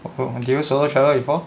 have you solo travel before